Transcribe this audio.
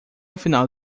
final